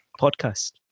podcast